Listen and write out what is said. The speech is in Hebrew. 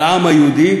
של העם היהודי,